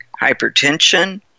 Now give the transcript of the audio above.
hypertension